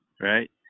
right